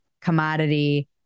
commodity